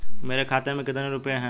मेरे खाते में कितने रुपये हैं?